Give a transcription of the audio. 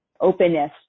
openness